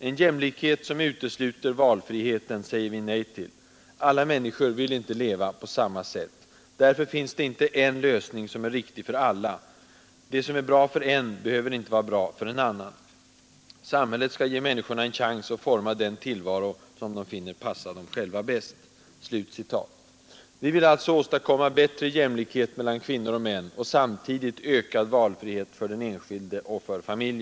En jämlikhet som utesluter valfriheten säger vi nej till. Alla människor vill inte leva på samma sätt. Därför finns det inte en lösning som är riktig för alla — det som är bra för en behöver inte vara bra för en annan. Samhället skall ge människorna en chans att forma den tillvaro Vi vill alltså åstadkomma bättre jämlikhet mellan kvinnor och män Onsdagen den och samtidigt ökad valfrihet för den enskilde och för familjen.